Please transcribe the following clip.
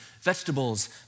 vegetables